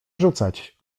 rzucać